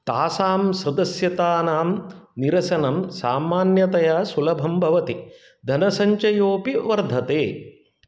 तासां सदस्यतानां निरसनं सामान्यतया सुलभं भवति धनसञ्चयोऽपि वर्धते